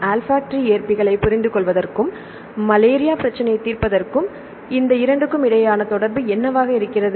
olfactory ஏற்பிகளைப் புரிந்துகொள்வதற்கும் malaria பிரச்சினையைத் தீர்ப்பதற்கும் இந்த 2 க்கு இடையிலான தொடர்பு என்னவாக இருக்கிறது